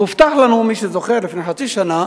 הובטח לנו, מי שזוכר, לפני חצי שנה,